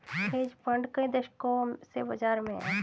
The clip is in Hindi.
हेज फंड कई दशकों से बाज़ार में हैं